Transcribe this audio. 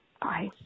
Bye